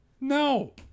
No